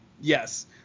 Yes